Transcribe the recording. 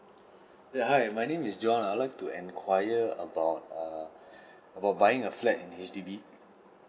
ya hi my name is john I would like to enquire about err buying a flat in H_D_B